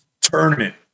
tournament